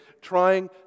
trying